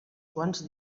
quants